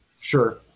Sure